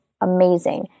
amazing